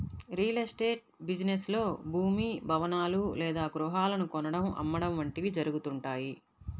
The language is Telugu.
రియల్ ఎస్టేట్ బిజినెస్ లో భూమి, భవనాలు లేదా గృహాలను కొనడం, అమ్మడం వంటివి జరుగుతుంటాయి